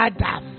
Adam